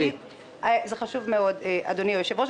זה חשוב מאוד אדוני היושב-ראש,